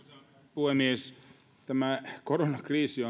puhemies tämä koronakriisi